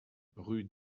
rue